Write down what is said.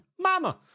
Mama